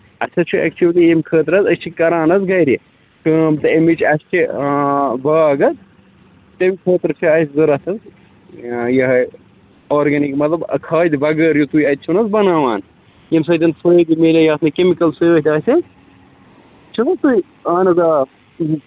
اَسہِ حظ چھِ اٮ۪کچٕوٕلی ییٚمہِ خٲطرٕ حظ أسۍ چھِ کران حظ گَرِ کٲم تہٕ أمِچ اَسہِ چھِ باغ حظ تٔمۍ خٲطرٕ چھِ اَسہِ ضوٚرَتھ حظ یہِ ۂے آرگٔنِک مطلب کھادِ بغٲر یہِ تۄہہِ اَتہِ چھُو نہ حظ بناوان ییٚمہِ سۭتۍ فٲیِدٕ میٚلہِ یَتھ نہٕ کیٚمِکَل سۭتۍ آسہِ چھُو نا تُہۍ اَہَن حظ آ